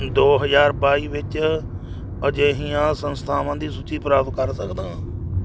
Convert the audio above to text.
ਦੋ ਹਜ਼ਾਰ ਬਾਈ ਵਿੱਚ ਅਜਿਹੀਆਂ ਸੰਸਥਾਵਾਂ ਦੀ ਸੂਚੀ ਪ੍ਰਾਪਤ ਕਰ ਸਕਦਾ ਹਾਂ